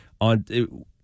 on